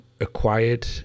acquired